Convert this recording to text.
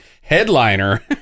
headliner